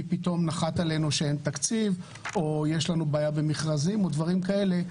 כי פתאום נחת עלינו שאין תקציב או יש לנו בעיה במכרזים או דברים כאלה,